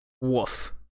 Woof